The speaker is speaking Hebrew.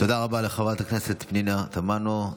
תודה רבה לחברת הכנסת פנינה תמנו.